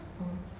oh